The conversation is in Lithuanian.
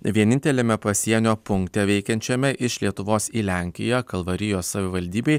vieninteliame pasienio punkte veikiančiame iš lietuvos į lenkiją kalvarijos savivaldybėj